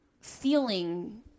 feeling